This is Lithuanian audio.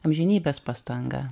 amžinybės pastanga